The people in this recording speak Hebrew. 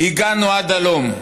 הגענו עד הלום.